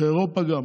באירופה גם,